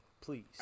Please